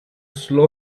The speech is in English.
slow